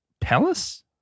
Palace